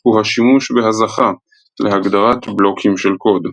הוא השימוש בהזחה להגדרת בלוקים של קוד.